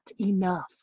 enough